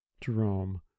jerome